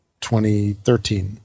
2013